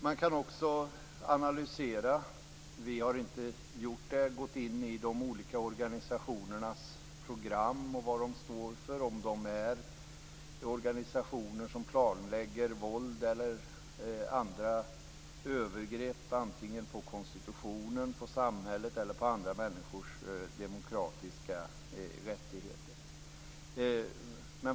Man kan också analysera - vi har inte gjort det - de olika organisationernas program och se vad de står för, om det är organisationer som planlägger våld eller andra övergrepp, antingen på konstitutionen, samhället eller på människors demokratiska rättigheter.